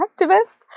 activist